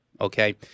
okay